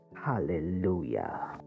Hallelujah